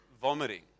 vomiting